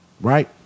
Right